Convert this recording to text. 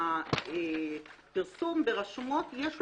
לפרסום ברשומות יש תפקיד,